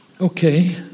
Okay